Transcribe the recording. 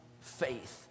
faith